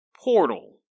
Portal